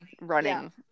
running